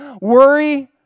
worry